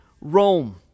rome